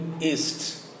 East